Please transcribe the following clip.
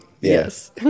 Yes